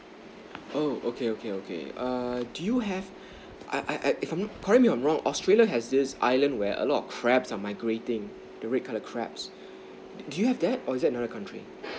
oh okay okay okay err do you have I I I if I'm not pardon me if I'm wrong australia has this island where a lot of crabs are migrating the red color crabs do you have that or is that in other country